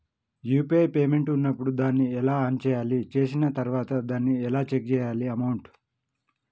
UPI payment ఉన్నప్పుడు దాన్ని ఎలా ఆన్ చేయాలి? చేసిన తర్వాత దాన్ని ఎలా చెక్ చేయాలి అమౌంట్?